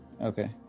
okay